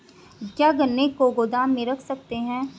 क्या गन्ने को गोदाम में रख सकते हैं?